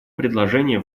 предложения